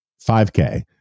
5k